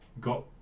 got